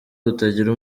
rutagira